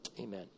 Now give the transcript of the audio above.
Amen